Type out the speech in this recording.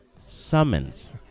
summons